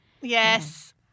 Yes